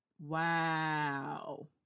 Wow